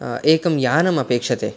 एकं यानम् अपेक्षते